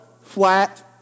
flat